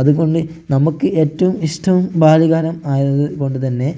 അതുകൊണ്ട് നമുക്ക് ഏറ്റവും ഇഷ്ടം ബാല്യകാലം ആയതുകൊണ്ട് തന്നെ